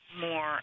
more